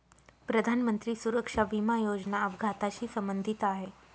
प्रधानमंत्री सुरक्षा विमा योजना अपघाताशी संबंधित आहे